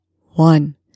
One